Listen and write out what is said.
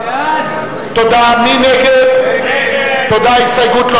ההסתייגות של